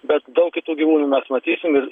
bet daug kitų gyvūnų mes matysim ir